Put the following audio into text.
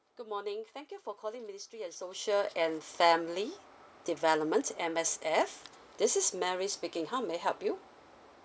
good morning thank you for calling ministry and social and family development M_S_F this is mary speaking how may I help you